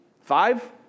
five